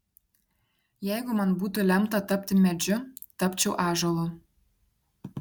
jeigu man būtų lemta tapti medžiu tapčiau ąžuolu